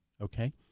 Okay